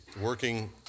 working